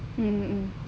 mmhmm